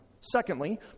Secondly